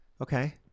okay